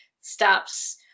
stops